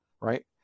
right